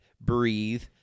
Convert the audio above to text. breathe